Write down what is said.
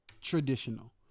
traditional